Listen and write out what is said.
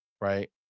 right